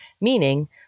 meaning